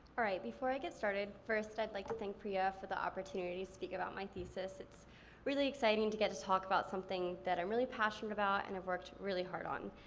all right, before i get started, first i'd like to thank priya for the opportunity to speak about my thesis. it's really exciting to get to talk about something that i'm really passionate about and have worked really hard on.